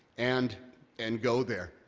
and and go there.